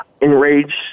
enraged